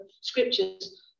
scriptures